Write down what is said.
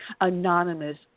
anonymous